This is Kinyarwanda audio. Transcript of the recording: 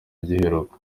giheruka